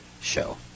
show